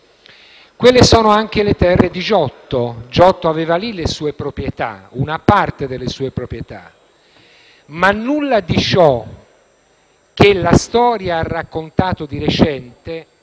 Quelle sono anche le terre di Giotto: Giotto aveva lì una parte delle sue proprietà, ma nulla di ciò che la storia ha raccontato di recente